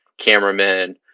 cameramen